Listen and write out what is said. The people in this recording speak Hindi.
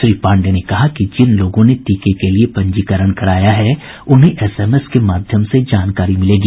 श्री पांडे ने कहा कि जिन लोगों ने टीके के लिए पंजीकरण कराया है उन्हें एसएमएस के माध्यम से जानकारी मिलेगी